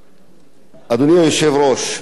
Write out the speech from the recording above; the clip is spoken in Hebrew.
ביחס לעובדים הזרים,